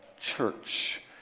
church